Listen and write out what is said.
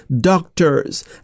doctors